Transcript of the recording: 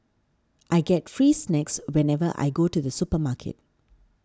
I get free snacks whenever I go to the supermarket